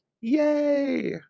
yay